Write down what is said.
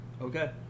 Okay